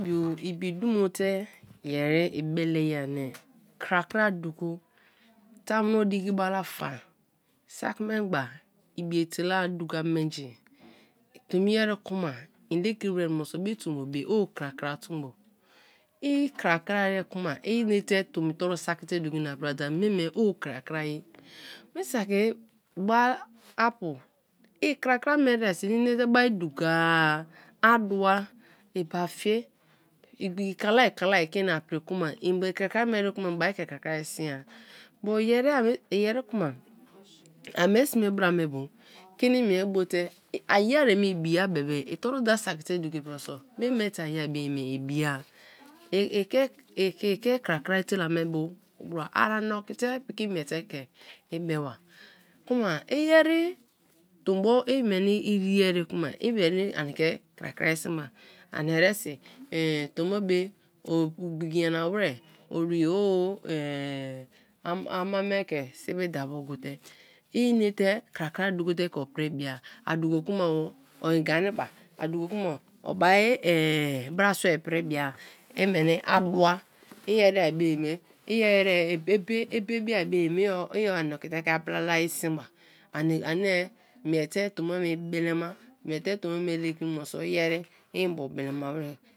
ibi dumote yerii be leye ani kra kra duko tamuno diki balafa saki memgbe ibietela duka menji tomi ere kuma i lekri wer men so be tombo me o kra kra tombo l krakra ere kuma i nete tomi toru saki te duko ina priba that mei me o kra kra ye mi saki ba apu i kra kra me ere so i bra nete bai duko adua ebafi igbiki kalai ke ina pri kuma i kra kra me ere kuma i bari kra kra ye sin a but yeri kuma amei sme bra me bu me bu kini menibo te a yeri me ibina bebe itoru daasaki te duko ipri mioso mei me te aye beye me ibia ike kra kra eteleme bu ari ni oko te piki imiete ke iba ba kuma iyeri tomboi meni erier ere kuma iweni ani ke krakra soma ani eresi tombo be opu igbiki nyana wer ori ama me ke sibi dabo gote inte krakra duko te ko pribia a duko kuma o-iganiba a duko kuma o bai brasua ipribia i meni a dua i ere be ye me iyeri ebe bia be e me an okite ke a blalalae sin ba ani miete tomboi i belema miete tombo me lekri meni iyeri mbo bele ma wer.